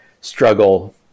struggle